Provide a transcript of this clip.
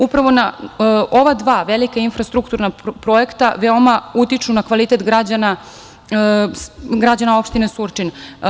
Upravo ova dva velika infrastrukturna projekta veoma utiču na kvalitet građana opštine Surčin.